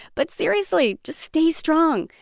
but seriously, just stay strong.